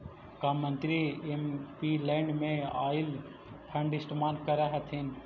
का मंत्री एमपीलैड में आईल फंड इस्तेमाल करअ हथीन